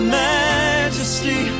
majesty